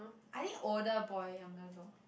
I think older boy younger girl